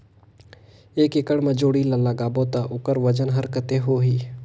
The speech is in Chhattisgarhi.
एक एकड़ मा जोणी ला लगाबो ता ओकर वजन हर कते होही?